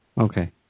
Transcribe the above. Okay